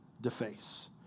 deface